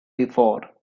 before